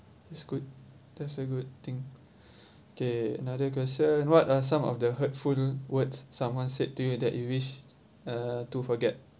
that's good that's a good thing okay another question what are some of the hurtful words someone said to you that you wish uh to forget